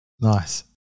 Nice